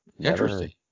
Interesting